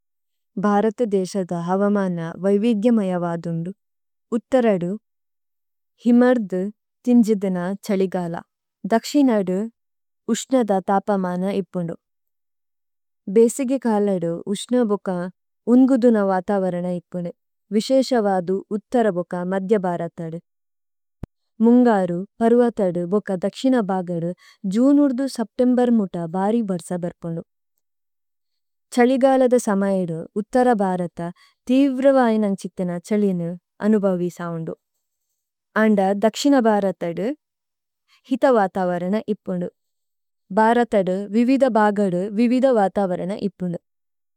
ഭാരത ദേശദ ഹവമാന വൈവീദ്യമയവാദൂനു। ഉത്തരാഡു, ഹിമര്ദ, തിന്ജിദന, ചലിഗാല, ദക്ഷിനാഡു, ഉഷ്ണദ താപാമാന ഇപണു। ബേസിഗീ കാലഡു, ഉഷ്ണബോകാ, ഉന്ഗുദുന വാതാവരണ ഇപനു। വിശേശവാദു, ഉത്തരബോകാ, മധ്യബാരഥഡു। മുംഗാരു, പര്വഥഡു, ഉകദക്ഷിനാബാഗഡു, ജൂനുര്ദു, സപ്ടേംബര്മുടാ, ബാരിഭര്സബര്പുണു। ചലിഗാലദ സമായഡു, ഉത്തരബാരഥഡു, തീവ്രവായന ചിത്തന ചലിനു, അനുഭവീ സാഉണു। ആണ്ഡ, ദക്ഷിനാബാരഥഡു, ഹിതവാതാവരണ ഇപനു। ബാരഥഡു, വിവീദബാഗഡു, വിവീദവാതാവരണ ഇപനു।